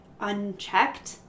unchecked